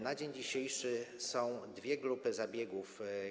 Na dzień dzisiejszy są dwie grupy zabiegów.